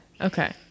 okay